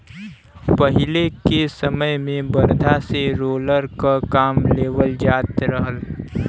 पहिले के समय में बरधा से रोलर क काम लेवल जात रहल